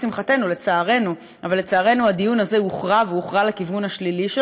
לצערנו, הדיון הזה הוכרע, והוכרע לכיוון השלילי.